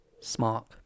smart